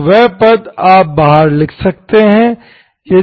तो वे पद आप बाहर लिख सकते हैं